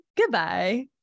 goodbye